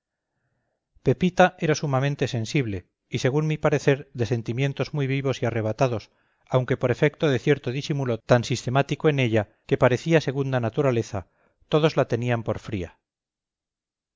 pepita era sumamente sensible y según mi parecer de sentimientos muy vivos y arrebatados aunque por efecto de cierto disimulo tan sistemático en ella que parecía segunda naturaleza todos la tenían por fría